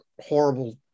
horrible